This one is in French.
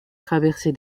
traversée